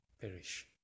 perish